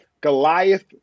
Goliath